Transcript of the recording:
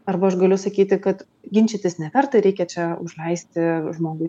arba aš galiu sakyti kad ginčytis neverta reikia čia užleisti žmogui